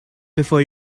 before